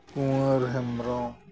Kunar Hembrom